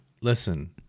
listen